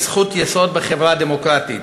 היא זכות יסוד בחברה דמוקרטית.